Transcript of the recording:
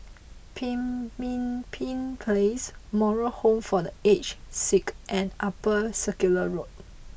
Pemimpin Place Moral Home for The Aged Sick and Upper Circular Road